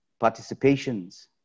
participations